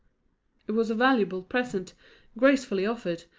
it was a valuable present gracefully offered,